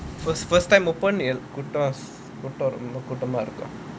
first first time open in கூட்டமா இருக்கலாம்:koottamaa irukkalaam